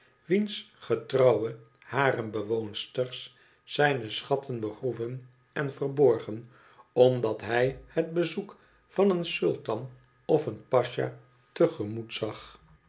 wiens getrouwe harembewoonsters zijne schatten begroeven en verborgen omdat hij het bezoek van een sultan of een pascha te gemoet zag